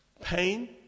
pain